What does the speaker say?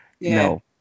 No